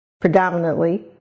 predominantly